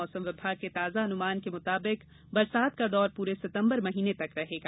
मौसम विभाग के ताजा अनुमान के मुताबिक बरसात का दौर पूरे सितंबर महीने तक रहेगा